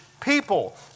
people